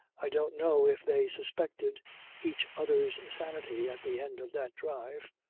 i don't know if they suspected each other's sanity at the end of that drive.